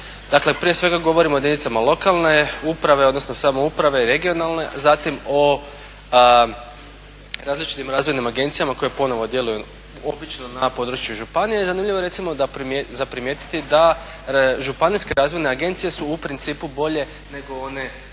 Dakle, prije svega govorim o jedinicama lokalne uprave, odnosno samouprave, regionalne zatim o različitim razvojnim agencijama koje ponovno djeluju obično na području županije. Zanimljivo je recimo za primijetiti da županijske razvojne agencije su u principu bolje nego one